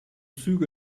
züge